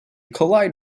collide